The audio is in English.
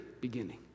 beginning